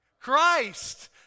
Christ